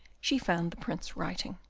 she found the prince writing.